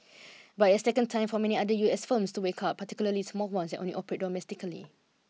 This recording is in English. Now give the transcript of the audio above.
but it has taken time for many other U S firms to wake up particularly small ones that only operate domestically